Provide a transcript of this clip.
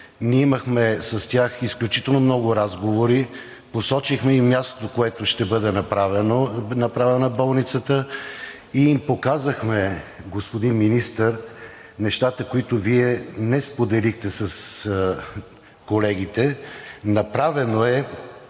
ние имахме изключително много разговори, посочихме и място, на което ще бъде направена болницата и им показахме, господин Министър, нещата, които Вие не споделихте с колегите. Направено е